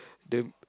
the